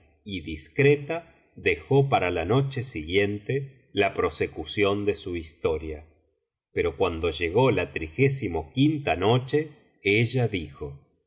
y discreta dejó para la noche siguiente la prosecución de su historia pero cuando llego la noche ella dijo